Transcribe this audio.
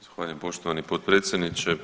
Zahvaljujem poštovani potpredsjedniče.